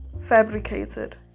fabricated